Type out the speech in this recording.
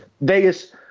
Vegas